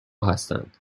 هستند